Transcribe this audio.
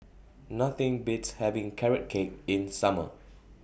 Nothing Beats having Carrot Cake in Summer